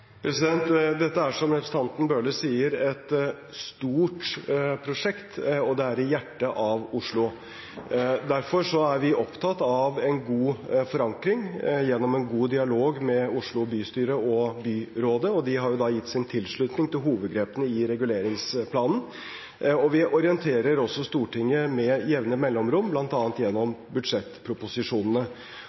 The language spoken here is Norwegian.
Dette er, som representanten Bøhler sier, et stort prosjekt, og det er i hjertet av Oslo. Derfor er vi opptatt av en god forankring gjennom en god dialog med Oslo bystyre og byrådet, og de har gitt sin tilslutning til hovedgrepene i reguleringsplanen. Vi orienterer også Stortinget med jevne mellomrom, bl.a. gjennom budsjettproposisjonene.